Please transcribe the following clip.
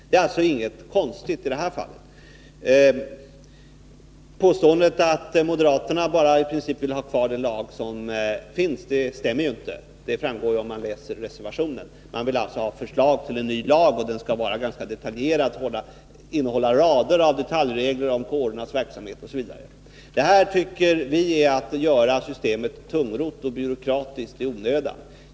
Det är alltså inget konstigt i det här fallet. Påståendet att moderaterna i princip bara vill ha kvar den lag som finns stämmer inte. Det framgår om man läser reservationen. De vill ha förslag till en ny lag, och den skall vara ganska detaljerad, innehålla rader av detaljregler om kårernas verksamhet osv. Detta tycker vi är att göra systemet tungrott och byråkratiskt i onödan.